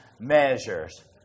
measures